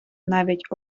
навіть